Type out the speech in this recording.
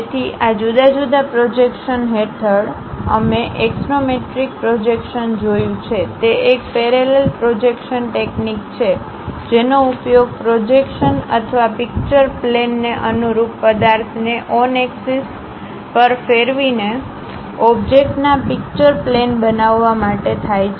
તેથી આ જુદા જુદા પ્રોજેક્શન હેઠળ અમે એક્સોનોમેટ્રિક પ્રોજેક્શન જોયું છે તે એક પેરેલલ પ્રોજેક્શન ટેકનીક છે જેનો ઉપયોગ પ્રોજેક્શન અથવા પિક્ચર પ્લેન ને અનુરૂપ પદાર્થને ઓન એક્સિસ પર ફેરવીને ઓબ્જેક્ટના પિક્ચર પ્લેન બનાવવા માટે થાય છે